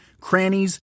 crannies